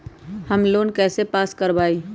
Home loan pass पास कर बाबई?